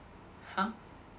!huh!